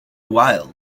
wild